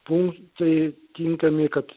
punktai tinkami kad